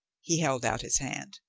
he held out his hand.